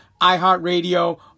iHeartRadio